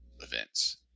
events